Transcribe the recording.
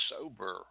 sober